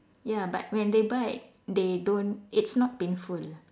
ya but when they bite they don't it's not painful